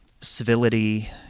civility